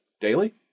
daily